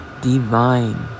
Divine